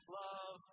love